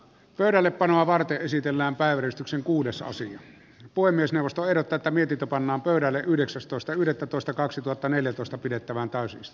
pöydällepanoa varten esitellään päivystyksen kuudessa osin voi myös nostaa tätä mietitä pannaan pöydälle yhdeksästoista yhdettätoista varapuhemies pekka ravi